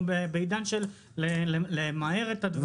אנחנו בעידן של דברים מהירים.